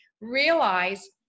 realize